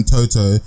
Toto